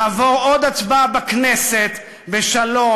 לעבור עוד הצבעה בכנסת בשלום,